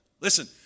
Listen